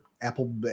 Apple